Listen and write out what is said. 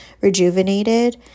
rejuvenated